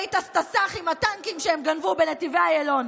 תסתס"חים עם הטנקים שהם גנבו בנתיבי איילון.